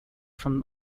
from